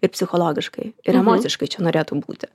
ir psichologiškai ir emociškai čia norėtum būti